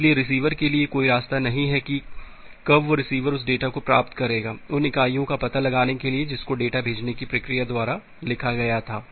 इसलिए रिसीवर के लिए कोई रास्ता नहीं है की कब वह रिसीवर उस डेटा को प्राप्त करेगा उन इकाइयों का पता लगाने के लिए जिसको डेटा भेजने की प्रक्रिया द्वारा लिखा गया था